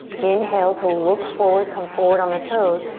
inhale to look forward, come forward on the toes.